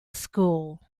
school